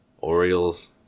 Orioles